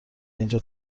اینجا